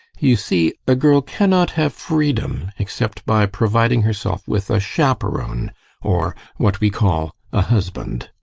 you see, a girl cannot have freedom except by providing herself with a chaperon or what we call a husband.